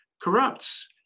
corrupts